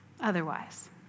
otherwise